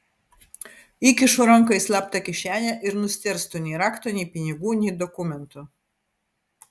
įkišu ranką į slaptą kišenę ir nustėrstu nei rakto nei pinigų nei dokumentų